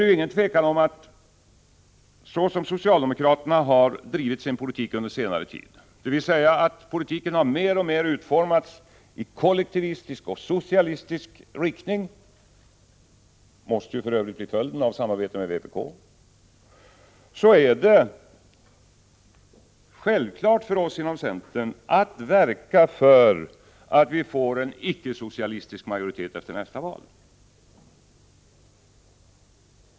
Det är inget tvivel om att så som socialdemokraterna har drivit sin politik under senare tid, då politiken mer och mer har utformats i kollektivistisk och socialistisk riktning — det måste för Övrigt bli följden av samarbete med vpk — så är det självklart för oss inom centern att verka för en icke-socialistisk majoritet efter nästa val.